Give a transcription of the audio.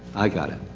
i got it.